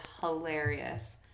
hilarious